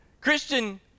Christian